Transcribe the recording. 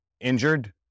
injured